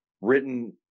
written